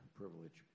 privilege